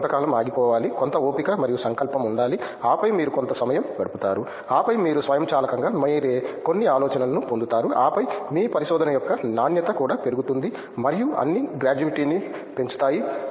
మీరు కొంతకాలం ఆగిపోవాలి కొంత ఓపిక మరియు సంకల్పం ఉండాలి ఆపై మీరు కొంత సమయం గడుపుతారు ఆపై మీరు స్వయంచాలకంగా మీరే కొన్ని ఆలోచనలను పొందుతారు ఆపై మీ పరిశోధన యొక్క నాణ్యత కూడా పెరుగుతుంది మరియు అన్నీ గ్రాట్యుటీని పెంచుతాయి